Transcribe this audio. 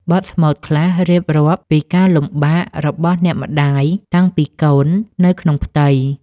បទស្មូតខ្លះរៀបរាប់ពីការលំបាករបស់អ្នកម្ដាយតាំងពីកូននៅក្នុងផ្ទៃ។